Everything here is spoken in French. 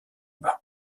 bas